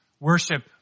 worship